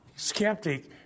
Skeptic